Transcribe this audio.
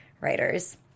writers